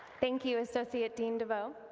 thank you associate dean devoe.